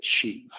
achieve